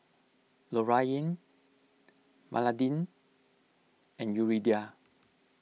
Lorayne Madalyn and Yuridia